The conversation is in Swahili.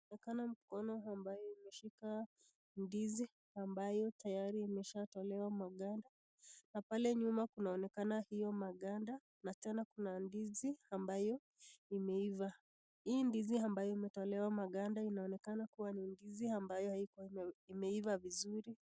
inaonekana mkono ambayo imeshika ndizi ambayo tayari imeshatolewa maganda na pale nyuma kunaonekana hiyo maganda na tena kuna ndizi ambayo imeivaa hii ndizi ambayo imetolewa maganda inaonekana kuwa ni ndizi ambayo haikuwa imeivaa vizuri.